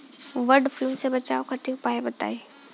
वड फ्लू से बचाव खातिर उपाय बताई?